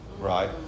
Right